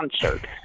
concert